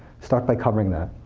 start by covering that,